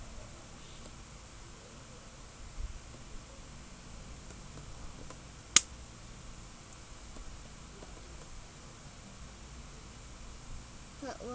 part one